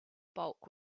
bulk